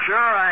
Sure